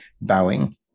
bowing